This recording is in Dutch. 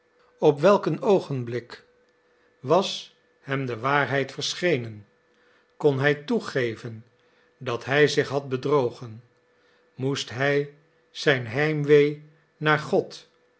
op welk een oogenblik was hem de waarheid verschenen kon hij toegeven dat hij zich had bedrogen moest hij zijn heimwee naar god